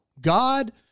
God